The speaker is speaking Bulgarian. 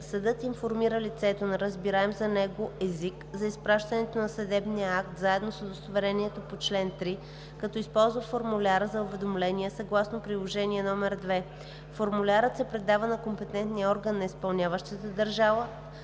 Съдът информира лицето на разбираем за него език за изпращането на съдебния акт заедно с удостоверението по чл. 3, като използва формуляра за уведомление съгласно Приложение № 2. Формулярът се предава на компетентния орган на изпълняващата държава